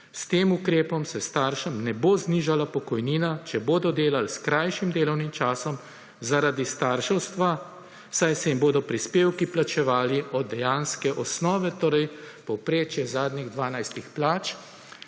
S tem ukrepom se staršem ne bo znižala pokojnina, če bodo delali s krajšim delovnim časom zaradi starševstva, saj se jim bodo prispevki plačevali od dejansko osnovne, torej povprečje zadnjih